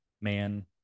man